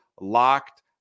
LOCKED